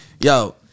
Yo